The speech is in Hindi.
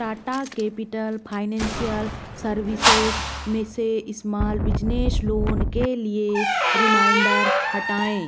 टाटा कैपिटल फाइनेंसियल सर्विसेज़ में से स्माल बिजनेस लोन के लिए रिमाइंडर हटाएँ